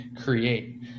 create